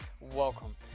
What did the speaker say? Welcome